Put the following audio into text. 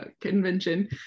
Convention